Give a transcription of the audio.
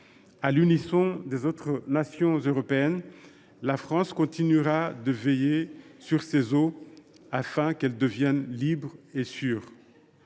À l’unisson des autres nations européennes, la France continuera de veiller sur ces eaux, afin qu’elles deviennent libres et sûres.